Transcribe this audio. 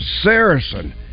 Saracen